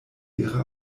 ihre